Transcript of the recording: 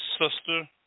sister